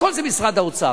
הכול זה משרד האוצר.